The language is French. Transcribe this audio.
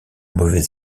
mauvais